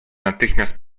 natychmiast